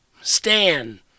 Stan